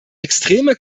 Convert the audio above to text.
extreme